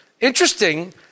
Interesting